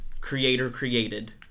creator-created